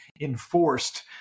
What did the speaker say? enforced